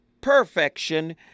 perfection